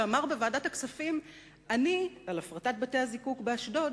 שאמר בוועדת הכספים על הפרטת בתי-הזיקוק באשדוד: